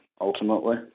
ultimately